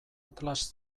atlas